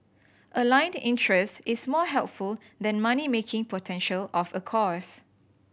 aligned interest is more helpful than money making potential of a course